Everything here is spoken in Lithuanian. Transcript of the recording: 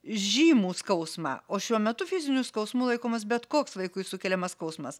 žymų skausmą o šiuo metu fiziniu skausmu laikomas bet koks vaikui sukeliamas skausmas